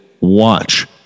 Watch